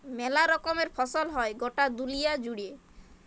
মেলা রকমের ফসল হ্যয় গটা দুলিয়া জুড়ে